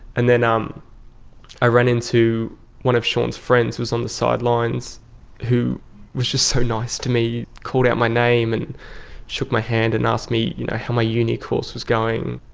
and then um i ran into one of sean's friends who was on the sidelines who was just so nice to me, called out my name and shook my hand and asked me you know how my uni course was going.